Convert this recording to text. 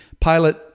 Pilate